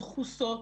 דחוסות,